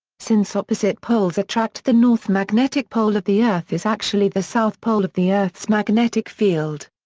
since opposite poles attract the north magnetic pole of the earth is actually the south pole of the earth's magnetic field.